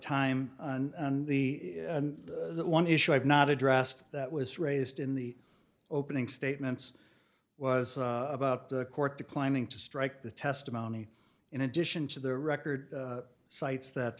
time on the one issue i've not addressed that was raised in the opening statements was about the court declining to strike the testimony in addition to the record cites that